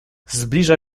zbliża